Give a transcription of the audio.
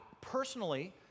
personally